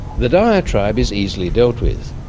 the diatribe is easily dealt with.